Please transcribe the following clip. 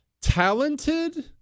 talented